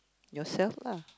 yourself lah